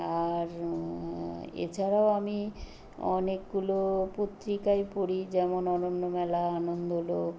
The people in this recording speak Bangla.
আর এছাড়াও আমি অনেকগুলো পত্রিকাই পড়ি যেমন অনন্যমেলা আনন্দলোক